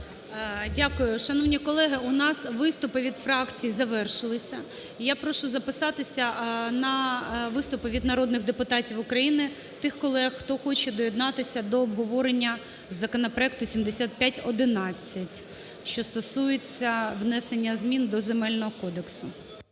Дякую. Шановні колеги, у нас виступи від фракцій завершилися. Я прошу записатися на виступи від народних депутатів України тих колег, хто хоче доєднатися до обговорення законопроекту 7511, що стосується внесення змін до Земельного кодексу.